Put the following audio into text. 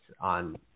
on